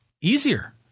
easier